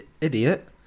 idiot